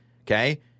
Okay